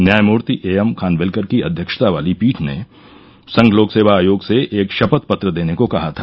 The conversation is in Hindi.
न्यायमूर्ति ए एम खानवित्कर की अव्यक्षता वाली पीठ ने संघ लोक सेवा आयोग से एक शपथपत्र देने को कहा था